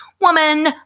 woman